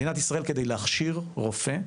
מדינת ישראל, כדי להכשיר רופא,